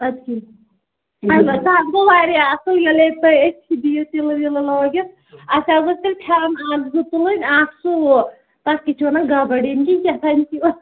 اَدٕ کیٛاہ البتہ اَتھ گوٚو واریاہ اَصٕل ییٚلہِ ہے تُہۍ أتھی دِیِو تِلہٕ وِلہٕ لٲگِتھ اَسہِ حظ اوس تیٚلہِ پھٮ۪رَن اَکھ زٕ تُلٕنۍ اَکھ سُوو تَتھ کیٛاہ چھِ وَنان کِنۍ یُتھٕے